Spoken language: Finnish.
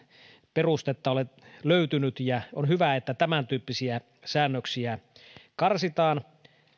perustetta ole löytynyt ja on hyvä että tämäntyyppisiä säännöksiä karsitaan